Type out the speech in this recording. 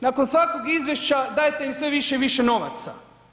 Nakon svakog izvješća dajete im sve više i više novaca.